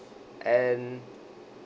and